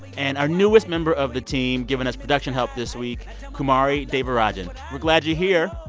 and our newest member of the team, giving us production help, this week kumari devarajan we're glad you're here.